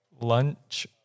Lunch